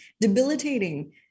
debilitating